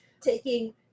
taking